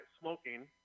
smoking